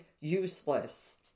useless